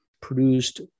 produced